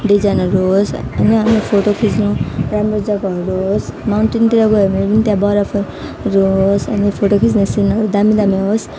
डिजाइनहरू होस् होइन अनि फोटो खिच्नु राम्रो जग्गा हुँदो होस् माउन्टेनतिर गयो भने पनि त्यहाँ बरफहरू होस् अनि फोटो खिच्ने सिनहरू दामी दामी होस्